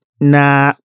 nah